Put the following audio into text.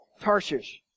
Tarshish